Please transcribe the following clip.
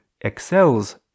excels